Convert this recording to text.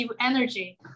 energy